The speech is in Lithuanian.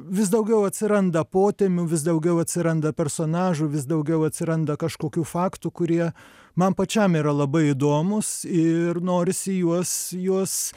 vis daugiau atsiranda potemių vis daugiau atsiranda personažų vis daugiau atsiranda kažkokių faktų kurie man pačiam yra labai įdomūs ir norisi juos juos